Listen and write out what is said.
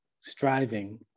striving